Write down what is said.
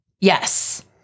Yes